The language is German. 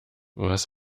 was